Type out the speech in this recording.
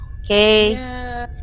Okay